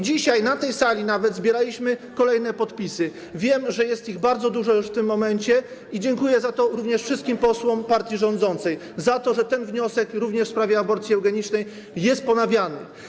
Dzisiaj na tej sali nawet zbieraliśmy kolejne podpisy, wiem, że jest ich bardzo dużo już w tym momencie, i dziękuję za to również wszystkim posłom partii rządzącej - za to, że ten wniosek również w sprawie aborcji eugenicznej jest ponawiany.